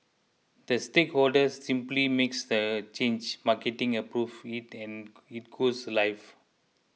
the stakeholder simply makes the change marketing approves it and it goes live